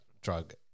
drug